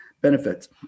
benefits